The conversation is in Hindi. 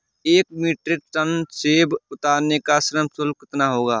एक मीट्रिक टन सेव उतारने का श्रम शुल्क कितना होगा?